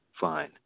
fine